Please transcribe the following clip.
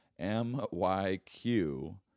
M-Y-Q